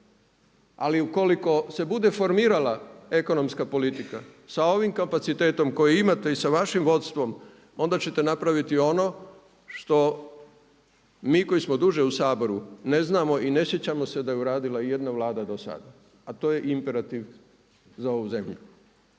Ali ukoliko se bude formirala ekonomska politika sa ovim kapacitetom koji imate i sa vašim vodstvom, onda ćete napraviti ono što mi koji smo duže u Saboru, ne znamo i ne sjećamo se da je uradila ijedna vlada do sada, a to je imperativ za ovu zemlju.